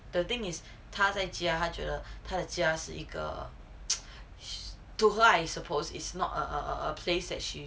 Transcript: the thing is 她在家她觉得她的家是一个 to her I suppose is not a a a place that she